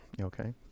Okay